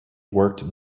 worked